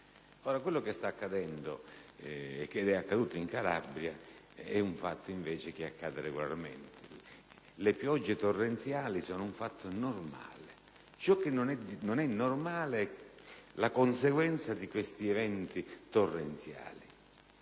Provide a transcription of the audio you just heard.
Quello che sta accadendo e che è accaduto in Calabria è un fatto che invece accade regolarmente: le piogge torrenziali sono un fatto normale; ciò che non è normale è la conseguenza di questi eventi torrenziali